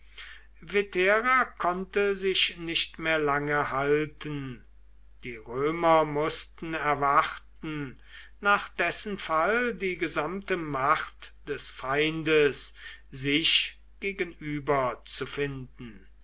konnte sich nicht mehr lange halten die römer mußten erwarten nach dessen fall die gesamte macht des feindes sich gegenüber zu finden